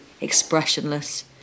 expressionless